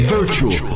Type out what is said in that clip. Virtual